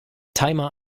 timer